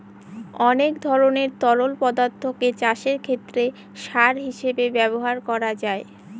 অনেক ধরনের তরল পদার্থকে চাষের ক্ষেতে সার হিসেবে ব্যবহার করা যায়